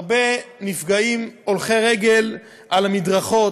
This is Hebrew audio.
הרבה נפגעים הולכי רגל על המדרכות,